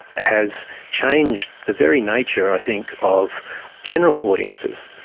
has changed the very nature i think of general audiences.